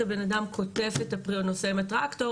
הבן אדם קוטף את הפרי או נוסע עם הטרקטור,